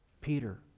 Peter